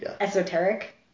esoteric